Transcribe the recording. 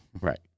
Right